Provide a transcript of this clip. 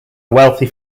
wealthy